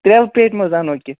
تریلہٕ پیٹہِ مہ حظ اَنو کیٚنٛہہ